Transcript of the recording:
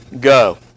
go